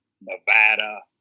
Nevada